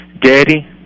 Daddy